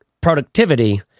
productivity